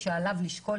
הסמכות לא משנה,